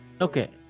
Okay